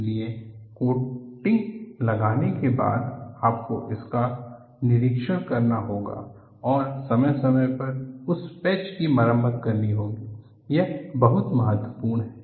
इसलिए कोटिंग लगाने के बाद आपको इसका निरीक्षण करना होगा और समय समय पर उन पैच की मरम्मत करनी होगी यह बहुत महत्वपूर्ण है